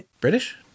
British